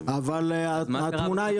אבל התמונה היא אותה תמונה.